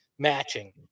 Matching